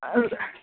औ